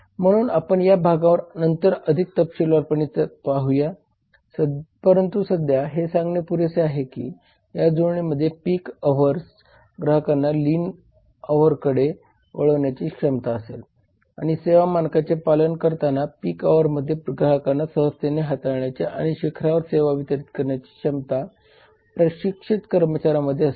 म्हणून आपण या भागाबद्दल नंतर अधिक तपशीलावारपणे पाहूया परंतु सध्या हे सांगणे पुरेसे आहे की या जुळणीमध्ये पीक अव्हरच्या ग्राहकांना लिन अव्हरकडे वळवण्याची क्षमता असते आणि सेवा मानकांचे पालन करताना पीक अव्हरमध्ये ग्राहकांना सहजतेने हाताळण्याची आणि शिखरावर सेवा वितरीत करण्याची क्षमता प्रशिक्षित कर्मचाऱ्यांमध्ये असते